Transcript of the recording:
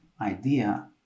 idea